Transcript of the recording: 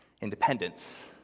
independence